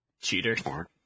Cheater